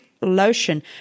lotion